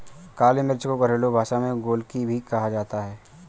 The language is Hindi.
काली मिर्च को घरेलु भाषा में गोलकी भी कहा जाता है